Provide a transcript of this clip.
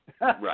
Right